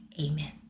Amen